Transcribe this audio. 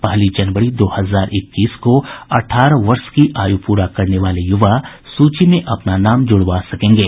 पहली जनवरी दो हजार इक्कीस को अठारह वर्ष की आयु प्ररा करने वाले युवा सूची में अपना नाम जुड़वा सकेंगे